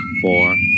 four